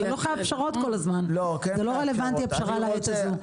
ולא חייבים פשרות כל הזמן.